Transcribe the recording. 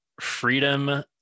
Freedom